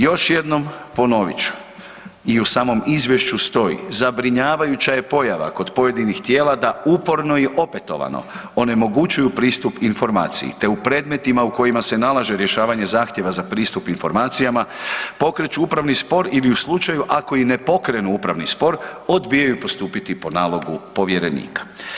Još jednom ponovit ću, i u samom izvješću stoji, zabrinjavajuća je pojava kod pojedinih tijela da uporno i opetovano onemogućuju pristup informaciji te u predmetima u kojima se nalaže rješavanje zahtjeva za pristup informacijama pokreću upravni spor ili u slučaju ako i ne pokrenu upravni spor odbijaju postupati po nalogu povjerenika.